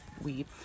weed